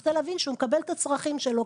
בכדי להבין שהוא מקבל את הצרכים שלו,